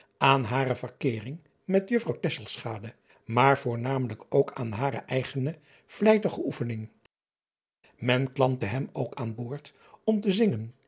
uisman hare verkeering met uffrouw maar voornamelijk ook aan hare eigene vlijtige oefening en klampte hem ook aan boord om te zingen